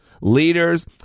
Leaders